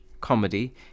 comedy